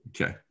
Okay